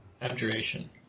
Abjuration